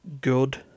good